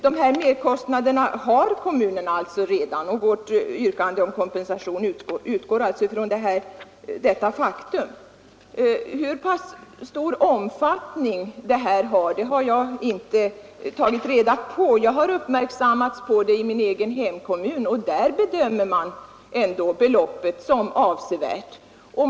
De här merkostnaderna har kommunerna alltså redan, och vårt yrkande om kompensation utgår från detta faktum. Hur pass omfattande problemet är har jag inte tagit reda på. Jag har uppmärksammats på det i min egen hemkommun, och där bedömer man ändå beloppet som avsevärt.